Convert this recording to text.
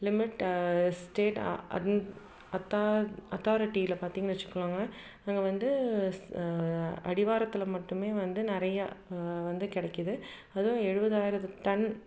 limit state அத் அத்தா அத்தாரிட்டியில் பார்த்திங்கன்னு வச்சுக்கோங்களேன் அங்கே வந்து அடிவாரத்தில் மட்டுமே வந்து நிறைய வந்து கிடைக்கிது அதுவும் எழுபதாயிரம் டன்